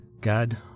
God